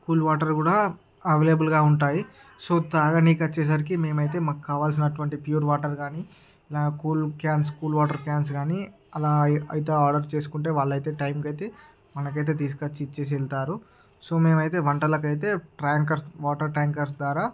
cool water కూడా available గా ఉంటాయి సో తాగనికచ్చేసరికి మేమైతే మాకు కావలసినటువంటి ప్యూర్ వాటర్ కానీ cool cans cool water cans కానీ అలా అయ్ అయితే ఆర్డర్ చేసుకుంటే వాళ్లైతే టైం కి అయితే మనకైతే తీసుకొచ్చి ఇచ్చేసి వెళ్తారు సో మేమైతే వంటలకైతే ట్యాంకర్స్ వాటర్ ట్యాంకర్స్ ద్వారా